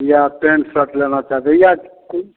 या pant shirt लेना चाहते या कोई